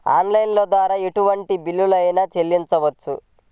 Online ద్వారా ఎటువంటి bill అయినా చెల్లించవచ్చా?